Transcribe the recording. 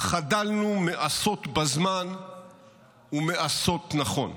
חדלנו מעשות בזמן ומעשות נכון.